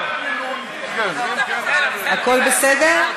הכול בסדר?